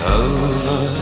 over